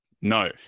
no